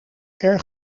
erg